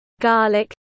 garlic